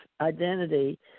identity